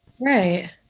right